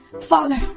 Father